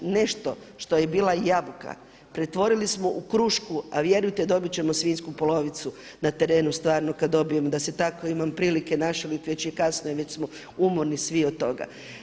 Nešto što je bila jabuka pretvorili smo u krušku, a vjerujte dobit ćemo svinjsku polovicu na terenu stvarno kad dobijem da se tako imam prilike našaliti, već je kasno i već smo umorni svi od toga.